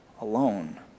alone